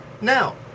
Now